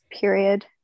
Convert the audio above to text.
period